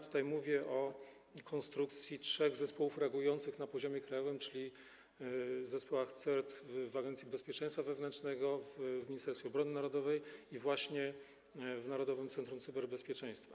Tutaj mówię o konstrukcji trzech zespołów reagujących na poziomie krajowym, czyli w zespołach CERT w Agencji Bezpieczeństwa Wewnętrznego, w Ministerstwie Obrony Narodowej i właśnie w Narodowym Centrum Cyberbezpieczeństwa.